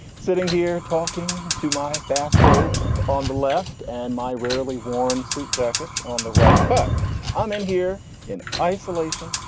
sitting here talking to my bathrobe on the left and my rarely worn suit jackets on the right. but i'm in here in isolation.